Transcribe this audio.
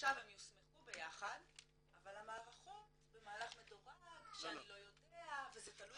עכשיו הם יוסמכו ביחד אבל המערכות במהלך מדורג שאני לא יודע וזה תלוי